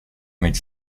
mieć